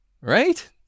Right